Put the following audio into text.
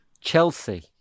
Chelsea